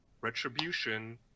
retribution